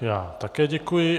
Já také děkuji.